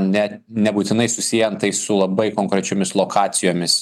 net nebūtinai susiejant tai su labai konkrečiomis lokacijomis